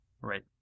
right